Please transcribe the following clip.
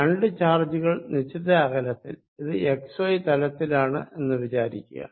രണ്ടു ചാർജുകൾ നിശ്ചിത അകലത്തിൽ ഇത് x y തലത്തിലാണെന്ന് വിചാരിക്കുക